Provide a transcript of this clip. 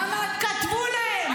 כתבו להן.